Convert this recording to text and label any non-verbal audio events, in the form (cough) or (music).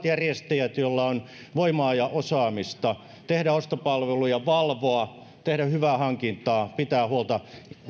(unintelligible) järjestäjät joilla on voimaa ja osaamista tehdä ostopalveluja valvoa tehdä hyvää hankintaa pitää huolta